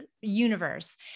universe